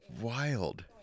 wild